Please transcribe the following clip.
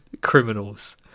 criminals